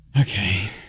Okay